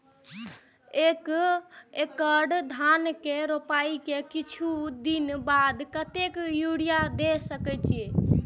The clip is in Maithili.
एक एकड़ धान के रोपाई के कुछ दिन बाद कतेक यूरिया दे के चाही?